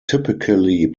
typically